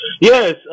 Yes